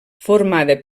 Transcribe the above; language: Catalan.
formada